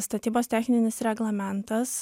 statybos techninis reglamentas